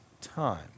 time